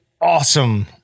Awesome